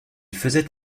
faisait